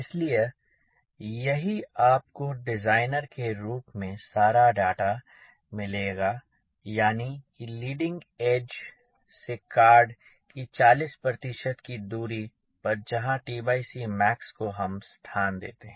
इसलिए यही आपको डिज़ाइनर के रूप में सारा डाटा मिलेगा यानी कि लीडिंग एज से कॉर्ड की 40 की दूरी पर जहाँ max को हम स्थान देते हैं